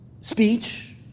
Speech